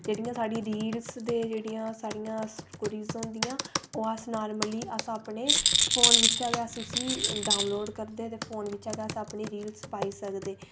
जेह्ड़ियां साढ़ियां रील ते जेह्ड़ियां साढ़ियां कोई होंदियां ओह् अस नार्मली अस अपने फोन बिच्चा गै अस उसी डाउनलोड करदे ते फोन बिच्चा अस अपनी रील पाई सकदे